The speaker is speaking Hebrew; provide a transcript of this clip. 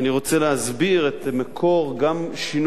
אני רוצה להסביר גם את מקור שינוי